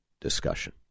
discussion